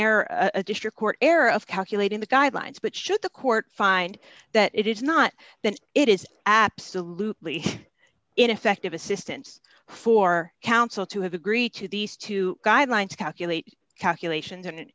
error a district court error of calculating the guidelines but should the court find that it is not then it is absolutely ineffective assistance for counsel to have agree to these two guidelines to calculate calculation